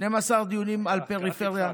12 דיונים על פריפריה,